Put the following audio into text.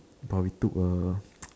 but we took a